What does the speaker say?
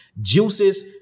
Juices